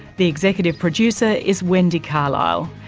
the executive producer is wendy carlisle.